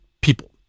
people